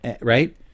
right